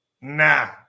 Nah